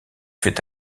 fait